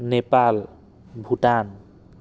Nepal Bhutan